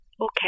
okay